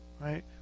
Right